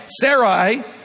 Sarai